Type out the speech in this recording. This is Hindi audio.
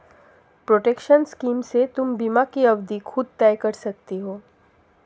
प्रोटेक्शन स्कीम से तुम बीमा की अवधि खुद तय कर सकती हो